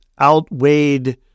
outweighed